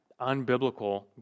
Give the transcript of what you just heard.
unbiblical